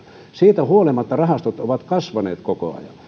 siitä huolimatta rahastot ovat kasvaneet koko ajan